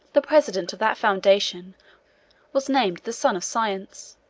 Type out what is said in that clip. the president of that foundation was named the sun of science